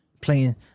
Playing